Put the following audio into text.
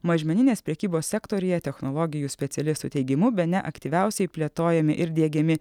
mažmeninės prekybos sektoriuje technologijų specialistų teigimu bene aktyviausiai plėtojami ir diegiami